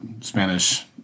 Spanish